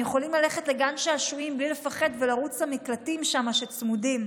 הם יכולים ללכת לגן שעשועים בלי לפחד ולרוץ למקלטים שם שצמודים.